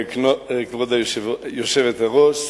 כבוד היושבת-ראש,